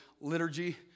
liturgy